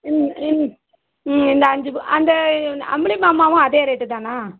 இந்த அஞ்சு பு அந்த அம்புலிமாமாவும் அதே ரேட்டு தானா